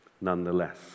nonetheless